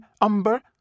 umber